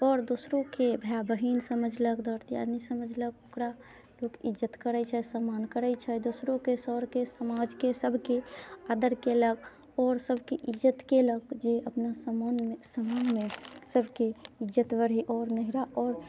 आओर दोसरोके भाय बहिन समझलक दऽर दियादनी समझलक ओकरा लोक इज्जत करै छै सम्मान करै छै दोसरोके सऽरके समाजके सबके आदर केलक आओर सबके इज्जत केलक जे अपना समाजमे सबके इज्जत बढ़ै आओर नैहरा आओर